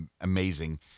amazing